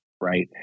Right